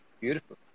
Beautiful